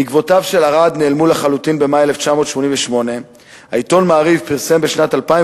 עקבותיו של ארד נעלמו לחלוטין במאי 1988. העיתון "מעריב" פרסם בשנת 2008